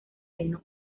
reino